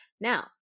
Now